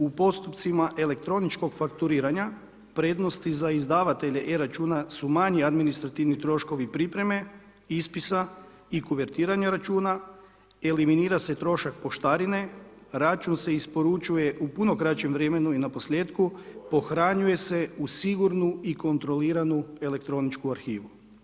U postupcima elektroničkog fakturiranja prednosti za izdavatelja e-računa su manji administrativni troškovi pripreme ispisa i kuvertiranja računa, eliminira se trošak poštarine, račun se isporučuje u puno kraćem vremenu i na posljetku pohranjuje se u sigurnu i kontroliranu elektroničku arhivu.